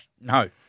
No